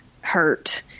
hurt